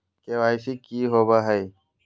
KYC की होबो है?